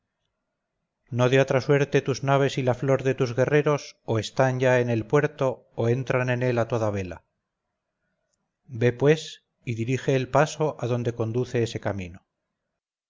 no de otra suerte tus naves y la flor de tus guerreros o están ya en el puerto o entran en él a toda vela ve pues y dirige el paso adonde conduce ese camino